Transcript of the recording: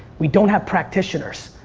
we don't have practitioners.